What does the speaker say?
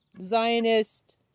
Zionist